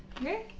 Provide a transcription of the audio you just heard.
Okay